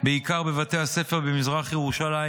בעיקר בבתי הספר במזרח ירושלים,